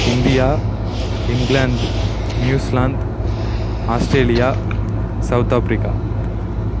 India England New Zealand Australia South Africa